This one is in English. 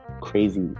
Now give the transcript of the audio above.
crazy